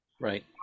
Right